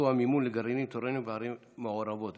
המימון לגרעינים תורניים בערים מעורבות.